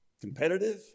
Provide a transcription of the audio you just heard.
competitive